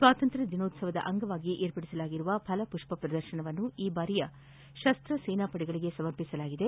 ಸ್ವಾತಂತ್ರ್ಯ ದಿನೋತ್ಸವದ ಅಂಗವಾಗಿ ಏರ್ಪಡಿಸಲಾಗಿರುವ ಫಲಪುಷ್ವ ಪ್ರದರ್ಶನವನ್ನು ಈ ಬಾರಿ ಸಶಸ್ತ ಸೇನಾಪಡೆಗಳಗೆ ಸಮರ್ಪಿಸಲಾಗಿದೆ